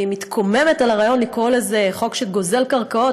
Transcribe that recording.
אני מתקוממת על הרעיון לקרוא לזה חוק שגוזל קרקעות.